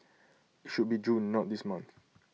IT should be June not this month